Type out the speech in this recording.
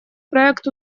проект